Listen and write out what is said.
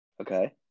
Okay